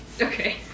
Okay